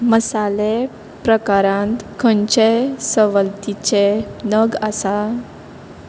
मसाले प्रकारांत खंयचेय सवलतीचे नग आसा